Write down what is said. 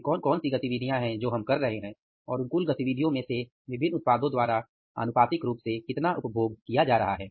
वे कौन कौन सी गतिविधियां है जो हम कर रहे हैं और उन कुल गतिविधियों में से विभिन्न उत्पादों द्वारा आनुपातिक रूप से कितना उपभोग किया जा रहा है